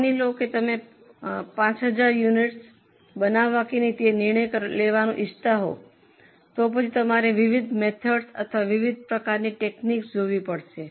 માની લો કે તમે 5000 યુનિટસ બનાવવું કે નહીં તે નિર્ણય લેવાનું ઇચ્છતા હો તો પછી તમારે વિવિધ મેથડ્સઓ અથવા વિવિધ પ્રકારની ટેકનિકસ જોઉં પડશે